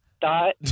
dot